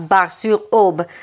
Bar-sur-Aube